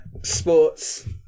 sports